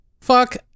Fuck